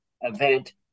event